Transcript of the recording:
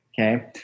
Okay